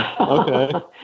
Okay